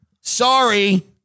Sorry